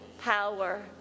power